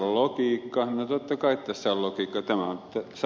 no totta kai tässä on logiikka